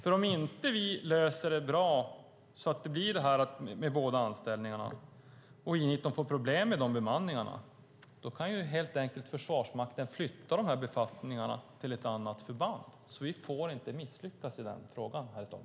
Om vi inte löser det bra med båda anställningarna och I 19 får problem med de bemanningarna kan helt enkelt Försvarsmakten flytta de befattningarna till ett annat förband. Vi får inte misslyckas i den frågan, herr talman.